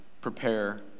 prepare